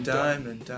diamond